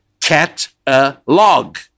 cat-a-log